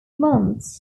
months